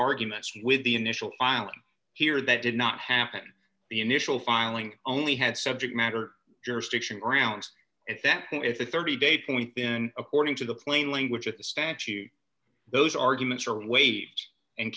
arguments with the initial filing here that did not happen the initial filing only had subject matter jurisdiction grounds at that point if the thirty day point been according to the plain language of the statute those arguments are waived and